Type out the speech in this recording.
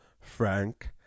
Frank